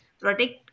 protect